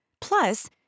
Plus